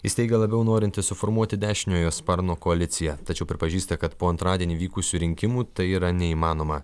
jis teigė labiau norintis suformuoti dešiniojo sparno koaliciją tačiau pripažįsta kad po antradienį vykusių rinkimų tai yra neįmanoma